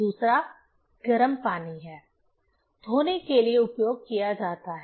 दूसरा गर्म पानी है धोने के लिए उपयोग किया जाता है